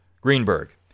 Greenberg